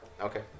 Okay